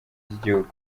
ry’igihugu